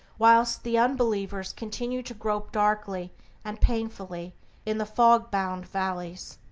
whilst the unbelievers continue to grope darkly and painfully in the fog-bound valleys.